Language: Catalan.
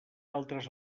altres